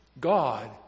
God